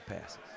passes